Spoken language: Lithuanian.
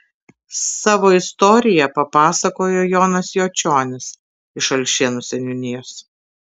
savo istoriją papasakojo jonas jočionis iš alšėnų seniūnijos